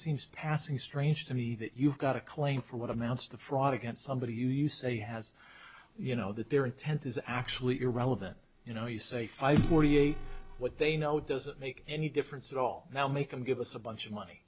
seems passing strange to me that you've got a claim for what amounts to fraud against somebody you say has you know that their intent is actually irrelevant you know you say forty eight what they know doesn't make any difference at all now make them give us a bunch of money